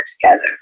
together